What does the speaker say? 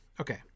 Okay